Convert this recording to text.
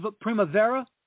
Primavera